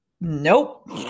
nope